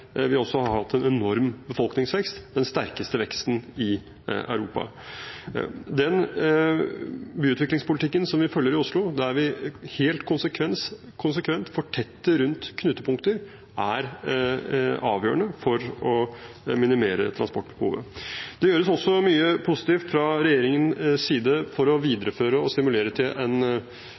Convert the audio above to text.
vi også har hatt en enorm befolkningsvekst – den sterkeste veksten i Europa. Den byutviklingspolitikken som vi følger i Oslo, der vi helt konsekvent fortetter rundt knutepunkter, er avgjørende for å minimere transportbehovet. Det gjøres også mye positivt fra regjeringens side for å videreføre og stimulere til en